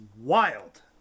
wild